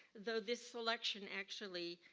though this selection actually,